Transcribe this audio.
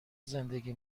زندگی